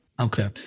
Okay